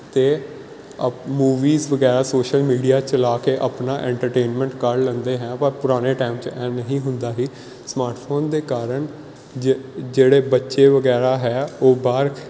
ਅਤੇ ਆ ਮੂਵੀਜ਼ ਵਗੈਰਾ ਸੋਸ਼ਲ ਮੀਡੀਆ ਚਲਾ ਕੇ ਆਪਣਾ ਐਟਰਟੇਨਮੈਂਟ ਕਰ ਲੈਂਦੇ ਹਾਂ ਪਰ ਪੁਰਾਣੇ ਟਾਈਮ 'ਚ ਇਵੇਂ ਨਹੀਂ ਹੁੰਦਾ ਸੀ ਸਮਾਟਫੋਨ ਦੇ ਕਾਰਨ ਜੇ ਜਿਹੜੇ ਬੱਚੇ ਵਗੈਰਾ ਹੈ ਉਹ ਬਾਹਰ